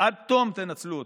עד תום תנצלו אותו,